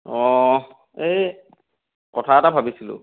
অঁ এই কথা এটা ভাবিছিলোঁ